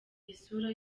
isura